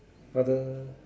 father